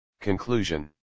Conclusion